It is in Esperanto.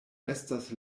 estas